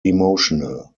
emotional